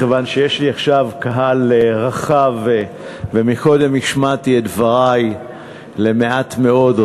מכיוון שיש לי עכשיו קהל רחב וקודם השמעתי את דברי למעט מאוד,